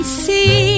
see